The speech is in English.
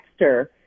texter